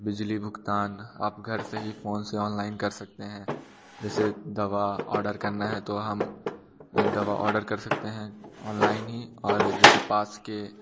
बिजली भुगतान आप घर से ही फ़ोन से ऑनलाइन कर सकते हैं जैसे दवा ऑर्डर करना हैं तो हम दवा ऑर्डर कर सकते हैं ऑनलाइन ही और जैसे पास के